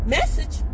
Message